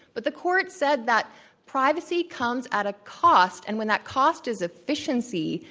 but the court said that privacy comes at a cost. and when that cost is efficiency,